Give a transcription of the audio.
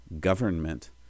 government